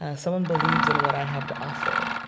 ah someone believes in what i have to offer.